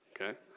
Okay